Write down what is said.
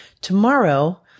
Tomorrow